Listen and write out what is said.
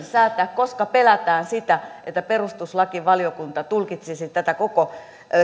säätää koska pelätään sitä että perustuslakivaliokunta tulkitsisi koko